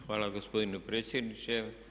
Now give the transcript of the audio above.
Hvala gospodine predsjedniče.